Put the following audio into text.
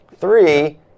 Three